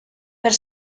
per